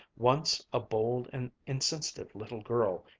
once a bold and insensitive little girl,